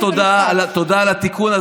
תודה על התיקון,